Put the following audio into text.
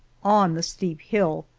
on the steep hill,